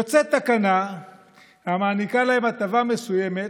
יוצאת תקנה המעניקה להם הטבה מסוימת,